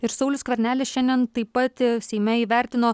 ir saulius skvernelis šiandien taip pat seime įvertino